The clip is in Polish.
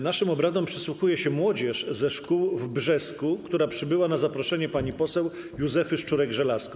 Naszym obradom przysłuchuje się młodzież ze szkół w Brzesku, która przybyła na zaproszenie pani poseł Józefy Szczurek-Żelazko.